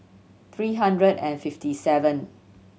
three hundred and fifty seven